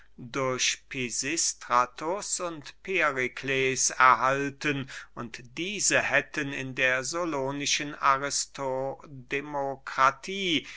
durch pisistratus und perikles erhalten und diese hätten in der solonischen aristo demokratie